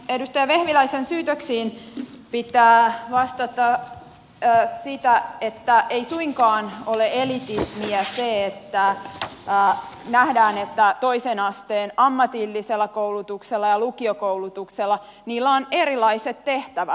edustaja vehviläisen syytöksiin pitää vastata siten että ei suinkaan ole elitismiä se että nähdään että toisen asteen ammatillisella koulutuksella ja lukiokoulutuksella on erilaiset tehtävät